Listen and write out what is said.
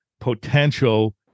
potential